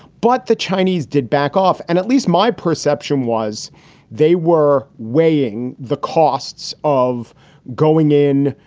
but the chinese did back off, and at least my perception was they were weighing the costs of going in,